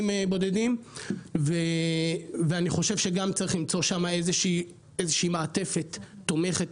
בודדים ואני חושב שגם צריך למצוא שם איזו שהיא מעטפת תומכת,